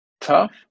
tough